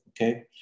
okay